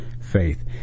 faith